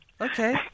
Okay